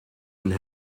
and